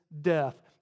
death